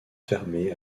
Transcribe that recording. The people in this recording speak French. fermé